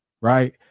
right